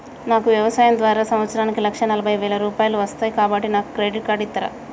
నాకు వ్యవసాయం ద్వారా సంవత్సరానికి లక్ష నలభై వేల రూపాయలు వస్తయ్, కాబట్టి నాకు క్రెడిట్ కార్డ్ ఇస్తరా?